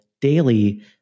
daily